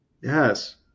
Yes